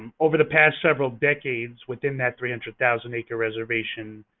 um over the past several decades, within that three hundred thousand acre reservation,